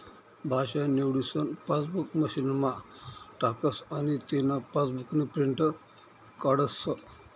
भाषा निवडीसन पासबुक मशीनमा टाकस आनी तेना पासबुकनी प्रिंट काढस